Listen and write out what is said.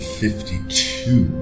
fifty-two